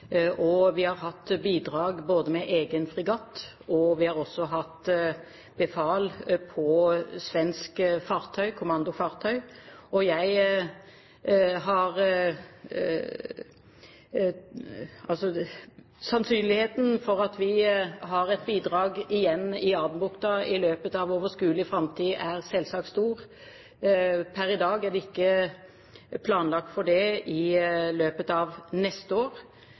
Vi har hatt bidrag med egen fregatt, og vi har hatt befal på svensk kommandofartøy. Sannsynligheten for at vi har et bidrag igjen i Adenbukta i løpet av overskuelig framtid, er selvsagt stor. Per i dag er det ikke planlagt for det i løpet av neste år.